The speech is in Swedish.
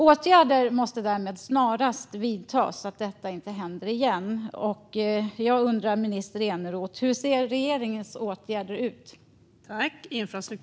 Åtgärder måste därför snarast vidtas så att detta inte händer igen. Jag undrar, minister Eneroth: Hur ser regeringens åtgärder ut?